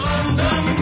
London